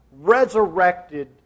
resurrected